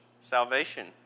Salvation